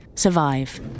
Survive